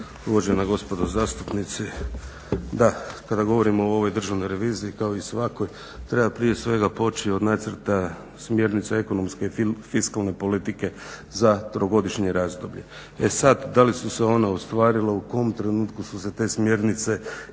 uvažena gospodo zastupnici, da kada govorimo o ovoj državnoj reviziji kao i svakoj treba prije svega poći od nacrta smjernica ekonomske i fiskalne politike za trogodišnje razdoblje. E sad da li su se ono ostvarilo, u kojem trenutku su se te smjernice jasno